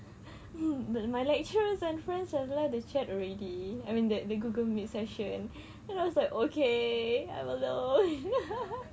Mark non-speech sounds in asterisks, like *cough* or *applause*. hmm my lecturers and friends have left the chat already I mean that the google meet session then I was like okay I'm alone *laughs*